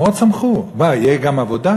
הם מאוד שמחו, מה, תהיה גם עבודה?